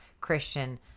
Christian